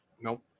Nope